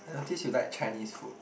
I notice you like Chinese food